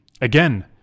Again